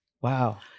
wow